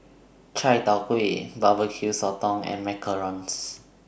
Chai Tow Kway Barbecue Sotong and Macarons